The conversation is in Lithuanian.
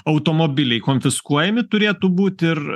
automobiliai konfiskuojami turėtų būti ir